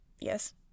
yes